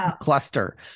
cluster